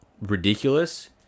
ridiculous